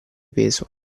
peso